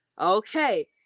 Okay